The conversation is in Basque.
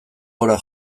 gora